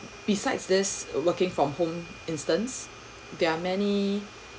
besides this working from home instance there're many